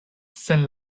sen